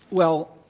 well,